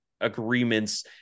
agreements